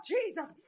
Jesus